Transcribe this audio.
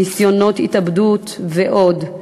ניסיונות התאבדות ועוד,